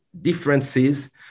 differences